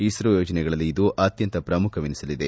ಇಸ್ತೋ ಯೋಜನೆಗಳಲ್ಲಿ ಇದು ಅತ್ಯಂತ ಪ್ರಮುಖವನಿಸಲಿದೆ